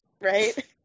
Right